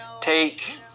take